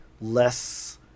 less